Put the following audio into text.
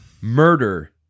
murder